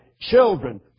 Children